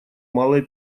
малой